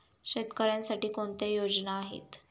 शेतकऱ्यांसाठी कोणत्या योजना आहेत?